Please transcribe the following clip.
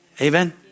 Amen